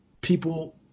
people